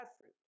fruit